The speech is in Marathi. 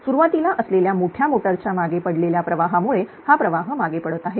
सुरुवातीला असलेल्या मोठ्या मोटरच्या मागे पडलेल्या प्रवाहामुळे हा प्रवाह मागे पडत आहे